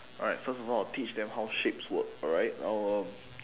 alright first of all teach them how shapes work alright um